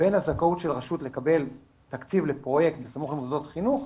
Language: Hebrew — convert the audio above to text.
בין הזכאות של רשות לקבל תקציב לפרויקט בסמוך למוסדות חינוך,